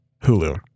Hulu